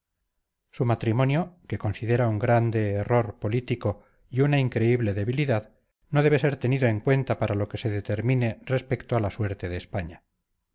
su matrimonio que considera un grande error político y una increíble debilidad no debe ser tenido en cuenta para lo que se determine respecto a la suerte de españa